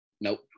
nope